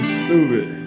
stupid